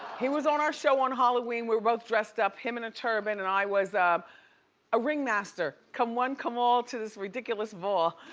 he was on our show on halloween, we're both dressed up, him in a turban and i was a ring master. come one come all, to this ridiculous ball.